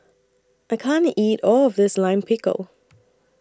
I can't eat All of This Lime Pickle